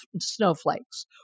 snowflakes